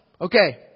Okay